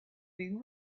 been